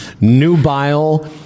nubile